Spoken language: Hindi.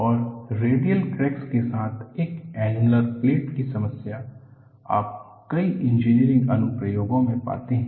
और रेडियल क्रैक के साथ एक एन्नुलर प्लेट की समस्या आप कई इंजीनियरिंग अनुप्रयोगों में पाते हैं